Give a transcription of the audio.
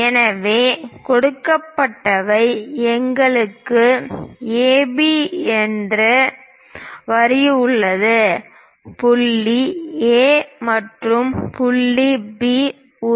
எனவே கொடுக்கப்பட்டவை எங்களுக்கு AB என்ற வரி உள்ளது புள்ளி A மற்றும் புள்ளி B